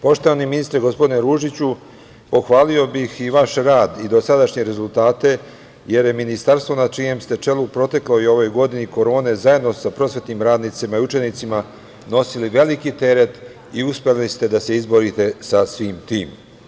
Poštovani ministre, gospodine Ružiću, pohvalio bih i vaš rad i dosadašnje rezultate, jer je Ministarstvo na čijem ste čelu u protekloj i ovoj godini korone, zajedno sa prosvetnim radnicima i učenicima nosili veliki teret i uspeli ste da se izborite sa svim tim.